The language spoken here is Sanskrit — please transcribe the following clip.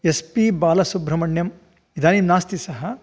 एस् पि बालसुब्रह्मण्यम् इदानीं नास्ति सः